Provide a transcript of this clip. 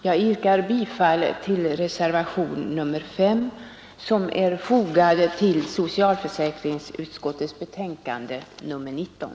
Jag yrkar bifall till reservationen 5, som är fogad till socialutskottets betänkande nr 19.